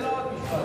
תן לו עוד משפט.